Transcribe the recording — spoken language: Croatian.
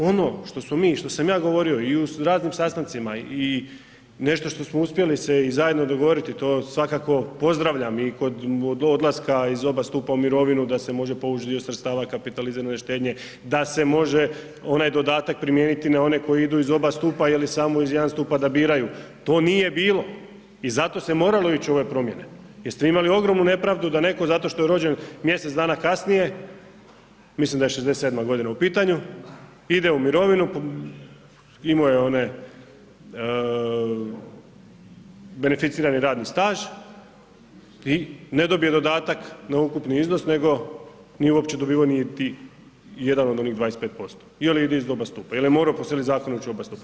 Ono što smo mi i što sam ja govorio i u raznim sastancima i nešto što smo uspjeli se i zajedno dogovoriti, to svakako pozdravljam i kod odlaska iz oba stupa u mirovinu da se može povuć dio sredstava kapitalizirane štednje, da se može onaj dodatak primijeniti koji idu iz oba stupa ili samo iz jednog stupa da biraju, to nije bilo i zato se moralo ići u ove promjene jer ste vi imali ogromnu nepravdu da neko zato što je rođen mjesec dana kasnije, mislim da je '67. godina u pitanju ide u mirovinu imao je one beneficirani radni staž i ne dobije dodatak na ukupni iznos nego nije uopće dobivao niti jedan od onih 25% ili ide iz oba stupa jel je morao ići po sili zakona ići u oba stupa.